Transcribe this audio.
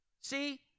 See